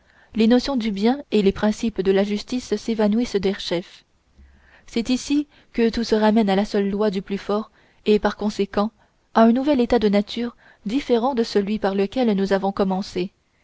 les notions du bien et les principes de la justice s'évanouissent derechef c'est ici que tout se ramène à la seule loi du plus fort et par conséquent à un nouvel état de nature différent de celui par lequel nous avons commencé